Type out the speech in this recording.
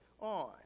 on